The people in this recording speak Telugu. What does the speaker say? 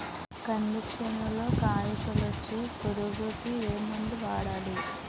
కంది చేనులో కాయతోలుచు పురుగుకి ఏ మందు వాడాలి?